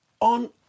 on